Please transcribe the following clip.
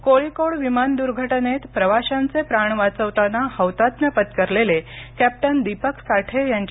कोळिकोड विमान द्र्घटनेत प्रवाशांचे प्राण वाचवताना हौतात्म्य पत्करलेले कॅप्टन दीपक साठे यांच्या